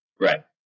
right